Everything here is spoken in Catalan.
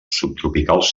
subtropicals